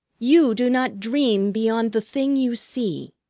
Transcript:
you do not dream beyond the thing you see.